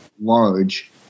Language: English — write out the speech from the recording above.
large